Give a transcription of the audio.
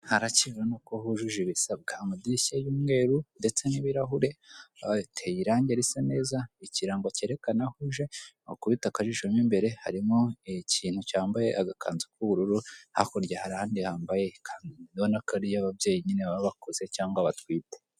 Abantu batatu bicaye muri sale y'inama, ameza arambitseho ibitabo, amazi yo kunywa hejuru, ubaha ikiganiro ubona ko ahagaze basobanura ibiri kubera muri iyo nama.